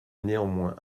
néanmoins